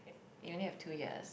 you only have two years